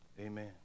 Amen